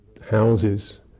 houses